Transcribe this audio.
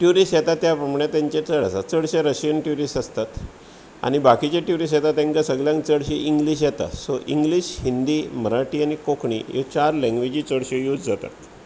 tourist येता त्या प्रमाणान तांचे चड आसा चड शें रशियन ट्युरीस्ट आसता आनी बाकिचे ट्युरीस्ट येता तेंकां सगळ्यांक चडशी इंग्लीश येता सो इंग्लीश हिंदी मराठी आनी कोंकणी ह्यो चार लेंग्वेजी चडशो यूज जातात